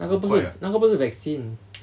那个不是那个不是 vaccine